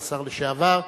לשר לשעבר,